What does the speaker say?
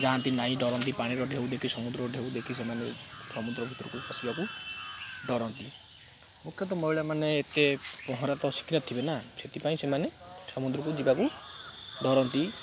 ଯାଆନ୍ତିନାହିଁ ଡରନ୍ତି ପାଣିର ଢେଉ ଦେଖି ସମୁଦ୍ର ଢେଉ ଦେଖି ସେମାନେ ସମୁଦ୍ର ଭିତରକୁ ଆସିବାକୁ ଡରନ୍ତି ମୁଖ୍ୟତଃ ମହିଳାମାନେ ଏତେ ପହଁରା ତ ଶିଖିନଥିବେ ନା ସେଥିପାଇଁ ସେମାନେ ସମୁଦ୍ରକୁ ଯିବାକୁ ଡରନ୍ତି